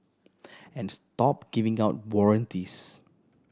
and stop giving out warranties